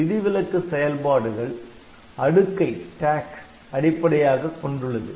விதிவிலக்கு செயல்பாடுகள் அடுக்கை அடிப்படையாகக் கொண்டுள்ளது